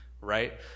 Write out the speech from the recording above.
right